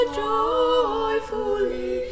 joyfully